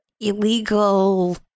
illegal